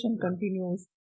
continues